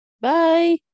Bye